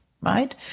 right